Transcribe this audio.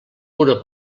pura